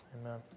Amen